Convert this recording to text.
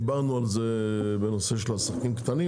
דיברנו על זה בנושא של עסקים קטנים,